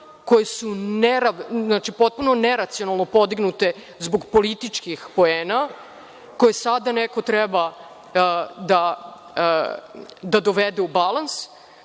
koje su potpuno neracionalno podignute zbog političkih poena, koje sada neko treba da dovede u balans